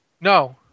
No